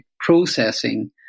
processing